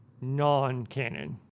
non-canon